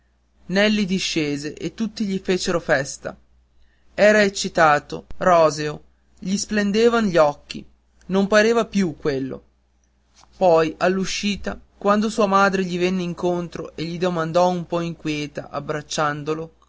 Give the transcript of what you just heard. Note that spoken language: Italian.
nelli discese e tutti gli fecero festa era eccitato roseo gli splendevan gli occhi non pareva più quello poi all'uscita quando sua madre gli venne incontro e gli domandò un po inquieta abbracciandolo